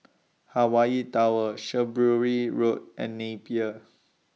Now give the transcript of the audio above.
Hawaii Tower Shrewsbury Road and Napier